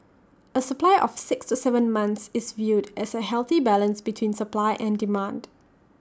A supply of six to Seven months is viewed as A healthy balance between supply and demand